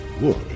Look